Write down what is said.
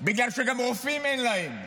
בגלל שגם רופאים אין להם.